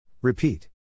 Repeat